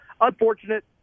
unfortunate